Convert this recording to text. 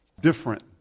different